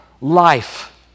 life